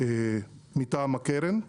מטעם הקרן.